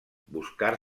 buscar